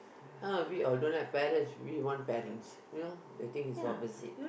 ah we all don't have parents we want parents you know the thing is opposite